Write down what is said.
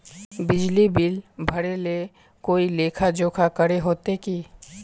बिजली बिल भरे ले कोई लेखा जोखा करे होते की?